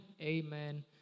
amen